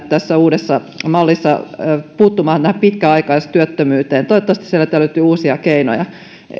tässä uudessa mallissahan nimenomaan pyritään nyt puuttumaan pitkäaikaistyöttömyyteen toivottavasti sieltä löytyy uusia keinoja